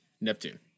neptune